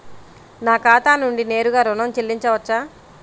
నా ఖాతా నుండి నేరుగా ఋణం చెల్లించవచ్చా?